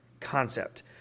concept